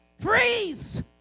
Freeze